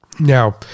Now